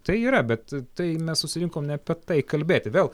tai yra bet tai mes susirinkom ne apie tai kalbėti vėl